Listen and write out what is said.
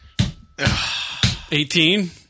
18